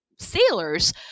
sailors